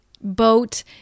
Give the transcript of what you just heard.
boat